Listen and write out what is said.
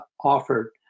offered